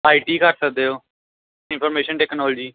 ਆਈ T ਕਰ ਸਕਦੇ ਹੋ ਇਨਫੋਰਮੇਸ਼ਨ ਟੈਕਨੋਲਜੀ